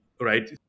right